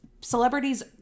celebrities